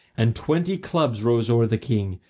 and twenty clubs rose o'er the king,